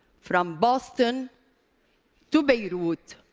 from boston to beirut,